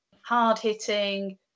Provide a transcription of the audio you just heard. hard-hitting